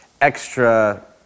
extra